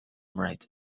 right